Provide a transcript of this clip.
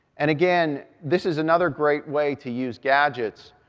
and again, this is another great way to use gadgets.